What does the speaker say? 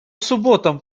субботам